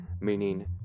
meaning